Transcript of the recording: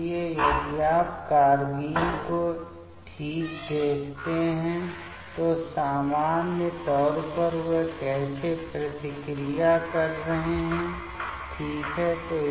इसलिए यदि आप इन कार्बेन को ठीक देखते हैं तो सामान्य तौर पर वे कैसे प्रतिक्रिया कर रहे हैं ठीक है